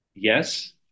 Yes